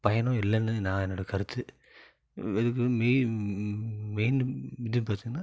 பயனும் இல்லைன்னு நான் என்னோடய கருத்து இதுக்கு மெய் மெயிண்டு இது பார்த்திங்கனா